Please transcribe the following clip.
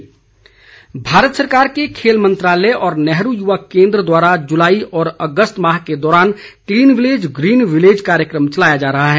पौधरोपण भारत सरकार के खेल मंत्रालय और नेहरू युवा केन्द्र द्वारा जुलाई और अगस्त माह के दौरान क्लीन विलेज ग्रीन विलेज कार्यक्रम चलाया जा रहा है